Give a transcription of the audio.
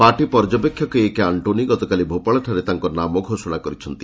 party ପର୍ଯ୍ୟବେକ୍ଷକ ଏକେ ଆଣ୍ଟ୍ରୋନି ଗତକାଲି ଭୋପାଳଠାରେ ତାଙ୍କ ନାମ ଘୋଷଣା କରିଛନ୍ତି